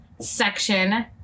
section